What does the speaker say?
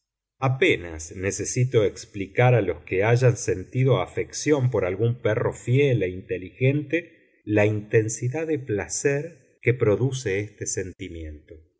apenas necesito explicar a los que hayan sentido afección por algún perro fiel e inteligente la intensidad de placer que produce este sentimiento